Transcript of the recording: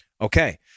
Okay